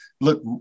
look